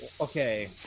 okay